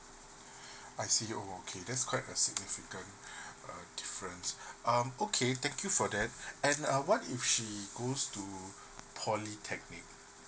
I see !whoa! okay that's quite a significant uh difference um okay thank you for that and uh what if she goes to polytechnic